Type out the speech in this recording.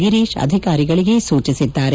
ಗಿರೀಶ್ ಅಧಿಕಾರಿಗಳಿಗೆ ಸೂಚಿಸಿದ್ದಾರೆ